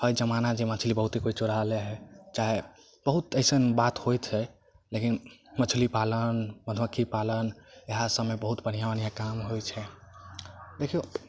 हइ जमाना जे मछली बहुत कोइ चोरा लै हइ चाहे बहुत अइसन बात होइत हइ लेकिन मछली पालन मधुमक्खी पालन इएह सबमे बहुत बढ़िऑं बढ़िऑं काम होइ छै देखियौ